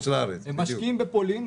הם משקיעים בפולין,